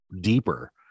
deeper